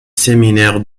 séminaire